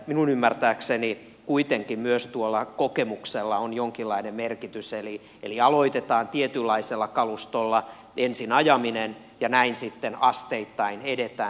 minun ymmärtääkseni kuitenkin myös kokemuksella on jonkinlainen merkitys eli aloitetaan tietynlaisella kalustolla ensin ajaminen ja näin sitten asteittain edetään